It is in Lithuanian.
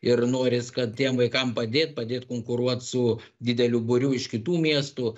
ir noris kad tiem vaikam padėt padėt konkuruot su dideliu būriu iš kitų miestų